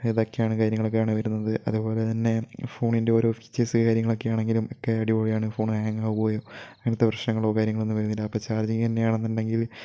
ഇതൊക്കെയാണ് കാര്യങ്ങളൊക്കെയാണ് വരുന്നത് അതുപോലെ തന്നെ ഫോണിന്റെ ഓരോ ഫീച്ചേഴ്സ് കാര്യങ്ങളൊക്കെയാണെങ്കിലും ഒക്കെ അടിപൊളിയാണ് ഫോണ് ഹാങ് ആവുകയോ അങ്ങനത്തെ പ്രശ്നങ്ങളോ കാര്യങ്ങളോ ഒന്നും വരുന്നില്ല അപ്പം ചാര്ജ്ജിംഗ് തന്നെയാണെന്നുണ്ടെങ്കിൽ